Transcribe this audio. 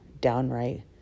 downright